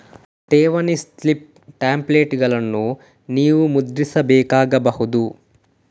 ಠೇವಣಿ ಸ್ಲಿಪ್ ಟೆಂಪ್ಲೇಟುಗಳನ್ನು ನೀವು ಮುದ್ರಿಸಬೇಕಾಗಬಹುದು